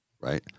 right